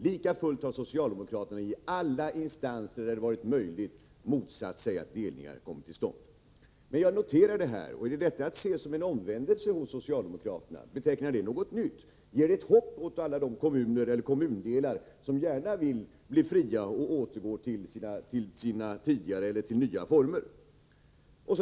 Likafullt har socialdemokraterna i alla instanser där det varit möjligt motsatt sig att delningar kommit till stånd. Jag noterar emellertid detta. Är det att se som en omvändelse hos socialdemokraterna? Betecknar det något nytt? Ger det ett hopp åt alla kommundelar, som gärna vill bli fria och övergå till tidigare eller nya former?